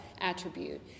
attribute